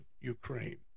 Ukraine